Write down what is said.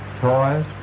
toys